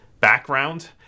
background